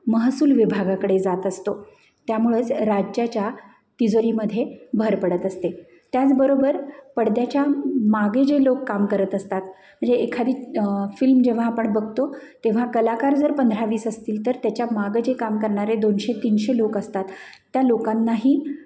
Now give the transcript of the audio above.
महसूल विभागाकडे जात असतो त्यामुळेच राज्याच्या तिजोरीमध्ये भर पडत असते त्याचबरोबर पडद्याच्या मागे जे लोक काम करत असतात म्हणजे एखादी फिल्म जेव्हा आपण बघतो तेव्हा कलाकार जर पंधरा वीस असतील तर त्याच्या मागं जे काम करणारे दोनशे तीनशे लोक असतात त्या लोकांनाही